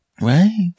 right